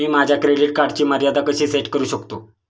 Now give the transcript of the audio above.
मी माझ्या क्रेडिट कार्डची मर्यादा कशी सेट करू शकतो?